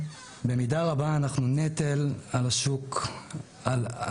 במידה רבה אנחנו נטל על שוק העבודה,